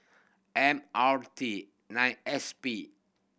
M R T nine S P